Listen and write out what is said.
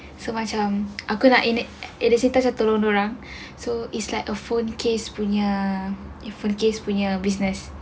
so macam aku nak ini di situ saya turun orang so it's like a phone case punya business